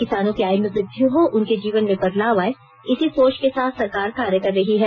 किसानों की आय में वद्मि हो उनके जीवन मे बदलाव आए इसी सोच के साथ सरकार कार्य कर रही है